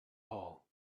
hall